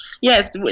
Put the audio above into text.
Yes